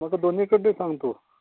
म्हाका दोनी कडले सांग तू